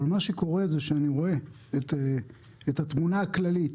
מה שקורה זה שאני רואה את התמונה הכללית.